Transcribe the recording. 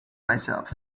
myself